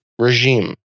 Regime